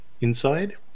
inside